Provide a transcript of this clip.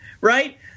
right